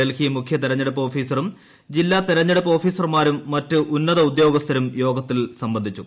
ഡൽഹി മുഖ്യ തെരഞ്ഞെടുപ്പ് ഓഫീസറും ജില്ലാ തെരഞ്ഞെടുപ്പ് ഓഫീസർമാരും മറ്റ് ഉന്നത ഉദ്യോഗസ്ഥരും യോഗത്തിൽ സംബന്ധിച്ചു